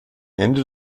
ende